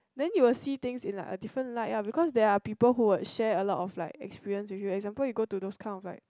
then you will see things in like a different light ah because there are people who would share a lot of like experience with you example you go to those kind of like